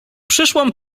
przyszłam